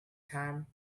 time